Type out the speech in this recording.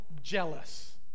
Jealous